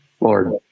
Lord